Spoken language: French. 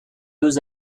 deux